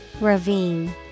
Ravine